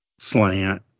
slant